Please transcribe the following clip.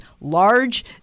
large